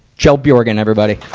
kjell bjorgen, everybody.